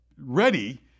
ready